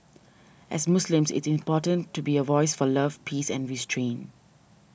as Muslims it's important to be a voice for love peace and restraint